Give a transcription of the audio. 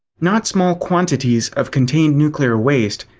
not small quantities of contained nuclear waste.